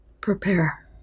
Prepare